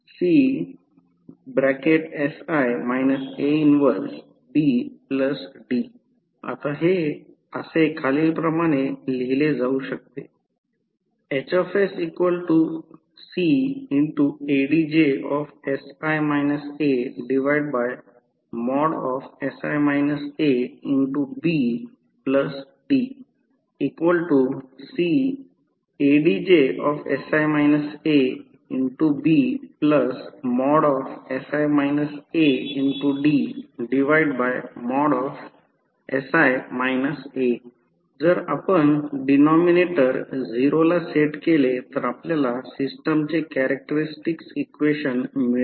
HsCsI A 1BD आता हे असे लिहिले जाऊ शकते HsCadj। sI A।BD CadjsI ABsI ADsI A जर आपण डिनॉमिनेटर 0 ला सेट केले तर आपल्याला सिस्टमचे कॅरेक्टरस्टिक्स इक्वेशन मिळेल